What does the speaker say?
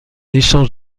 échange